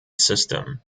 system